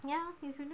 ya he's been doing it